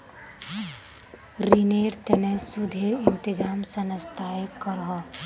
रिनेर तने सुदेर इंतज़ाम संस्थाए करोह